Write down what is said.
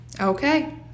Okay